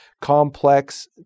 complex